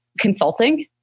consulting